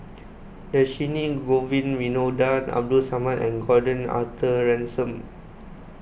Dhershini Govin Winodan Abdul Samad and Gordon Arthur Ransome